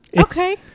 Okay